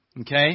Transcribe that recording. Okay